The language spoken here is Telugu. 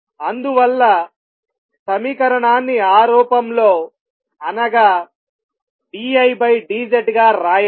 అందువల్ల సమీకరణాన్ని ఆ రూపంలో అనగా dI dZ గా రాయండి